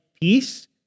peace